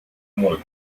mult